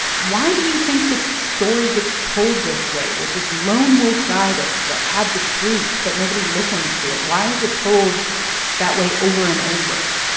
why do you think the story gets told this way with this lone wolf guy that that had the truth but nobody listens to it? why is it told that way over and over?